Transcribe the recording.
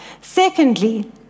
Secondly